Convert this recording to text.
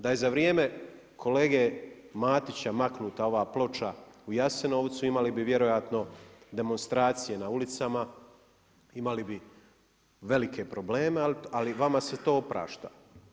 Da je za vrijeme kolege Matića maknuta ova ploča u Jasenovcu, imali bi vjerojatno demonstracije na ulicama, imali bi velike probleme, ali vama se to oprašta.